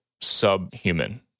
subhuman